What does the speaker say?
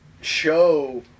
show